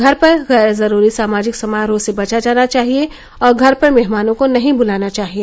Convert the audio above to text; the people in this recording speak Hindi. घर पर गैर जरूरी सामाजिक समारोह से बचा जाना चाहिए और घर पर मेहमानों को नहीं बुलाना चाहिए